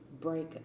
break